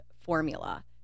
formula